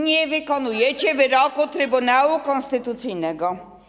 Nie wykonujecie wyroku Trybunału Konstytucyjnego.